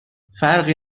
فرقی